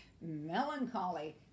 melancholy